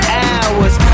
hours